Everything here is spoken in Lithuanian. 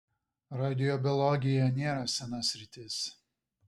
radiobiologija nėra sena sritis